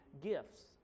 gifts